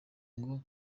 ngo